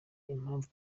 impamvu